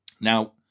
Now